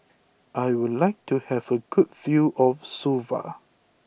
I would like to have a good view of Suva